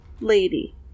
lady